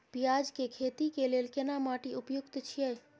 पियाज के खेती के लेल केना माटी उपयुक्त छियै?